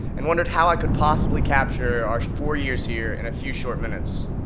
and wondered how i could possibly capture our four years here in a few short minutes.